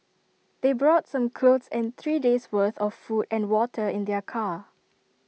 they brought some clothes and three days' worth of food and water in their car